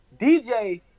DJ